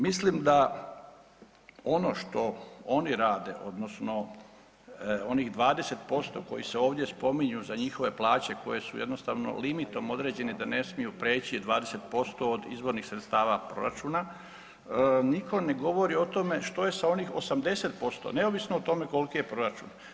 Mislim da ono što oni rade, odnosno onih 20% koji se ovdje spominju za njihove plaće koje su jednostavno limitom određene da ne smiju prijeći 20% od izvornih sredstava proračuna, nitko ne govori o tome što je sa onih 80% neovisno o tome koliki je proračun.